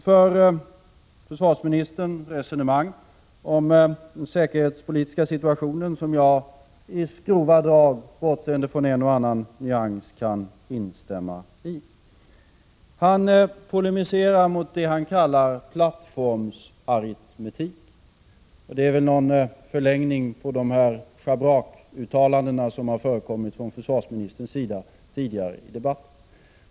Försvarsministern för ett resonemang om den säkerhetspolitiska situationen som jag i stora drag, bortseende från en och annan nyans, kan instämma i. Han polemiserar mot det han kallar plattformsaritmetik. Det är väl någon förlängning av de ”schabrakuttalanden” som har förekommit från försvars — Prot. 1986/87:133 ministerns sida tidigare i debatten.